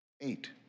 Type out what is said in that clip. Eight